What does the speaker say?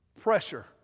Pressure